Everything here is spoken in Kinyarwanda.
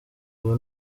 ubu